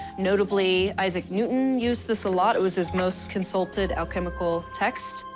notably, isaac newton used this a lot. it was his most consulted alchemical text.